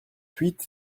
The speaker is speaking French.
huit